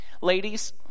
Ladies